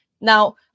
Now